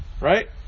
right